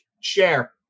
share